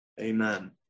Amen